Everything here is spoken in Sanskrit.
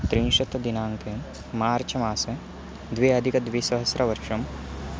त्रिंशत् दिनाङ्के मार्च् मासे द्वि अधिकद्विसहस्रवर्षम्